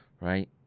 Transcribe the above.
right